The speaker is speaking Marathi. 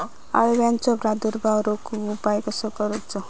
अळ्यांचो प्रादुर्भाव रोखुक उपाय कसो करूचो?